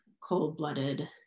cold-blooded